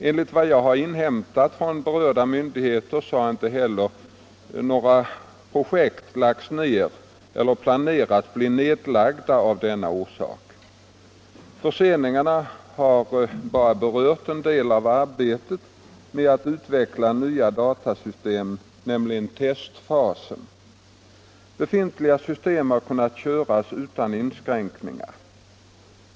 Enligt vad jag har inhämtat från berörda myndigheter har inte heller några projekt lagts ned eller planeras bli nedlagda av denna orsak. Förseningarna har bara berört en del av arbetet med att utveckla nya datasystem, nämligen testfasen. Befintliga system har kunnat köras utan inskränkningar.